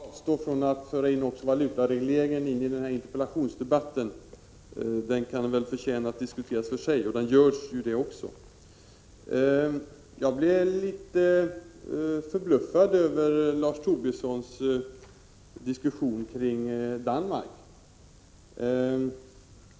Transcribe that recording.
Fru talman! Jag tror att jag avstår från att också föra in frågan om valutaregleringen i den här interpellationsdebatten. Den frågan kan förtjäna att diskuteras för sig — och det är ju vad som också sker. Jag blev litet förbluffad över Lars Tobissons diskussion beträffande Danmark.